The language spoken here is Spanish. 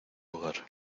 hogar